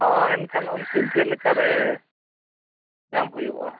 ᱦᱳᱭ ᱮᱱᱠᱷᱟᱱ ᱩᱱᱠᱤᱱ ᱪᱮᱫᱞᱮᱠᱟ ᱨᱮ ᱧᱟᱢ ᱦᱩᱭᱩᱜᱼᱟ